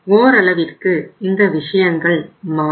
ஓரளவிற்கு இந்த விஷயங்கள் மாறும்